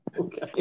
Okay